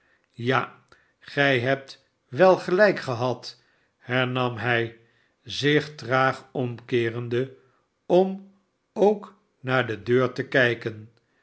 ja gij hebt wel gelijk gehad hernam hij zich traag omkeerende om ook naar de deur te kijken